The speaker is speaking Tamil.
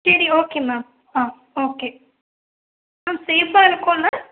சரி ஓகே மேம் ஆ ஓகே மேம் சேஃபாக இருக்கும்ல